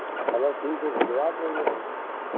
चलो ठीक है भिजवा देंगे भाई